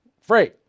Free